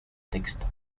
texto